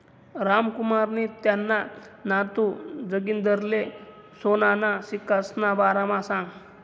रामकुमारनी त्याना नातू जागिंदरले सोनाना सिक्कासना बारामा सांगं